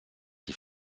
die